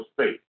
space